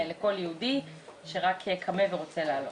לכל יהודי שרק כמה ורוצה לעלות.